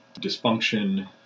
dysfunction